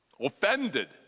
Offended